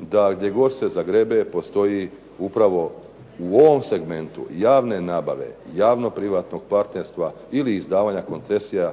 da gdje god se zagrebe postoji upravo u ovom segmentu javne nabave javno-privatnog partnerstva ili izdavanja koncesija